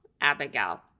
Abigail